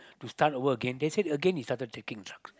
to start over again they said again he started taking drugs